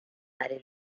allée